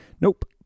Nope